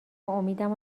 امیدم